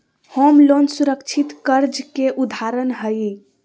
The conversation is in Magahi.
होम लोन सुरक्षित कर्ज के उदाहरण हय